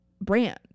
brand